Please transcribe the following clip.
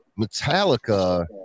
Metallica